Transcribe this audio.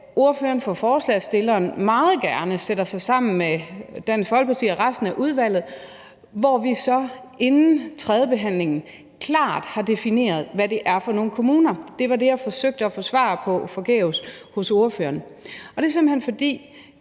ordføreren for forslagsstillerne meget gerne sætter sig sammen med Dansk Folkeparti og resten af udvalget, hvor vi så inden sidstebehandlingen klart har defineret, hvad det er for nogle kommuner. Det var det, som jeg forgæves forsøgte at få svar på hos ordføreren, og det er simpelt hen, fordi